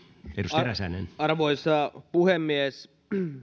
arvoisa puhemies